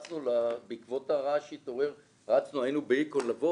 בעקבות הרעש שהתעורר היינו בהיכון לבוא.